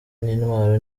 n’intwaro